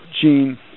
gene